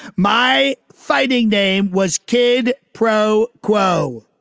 my fighting name was kid pro quo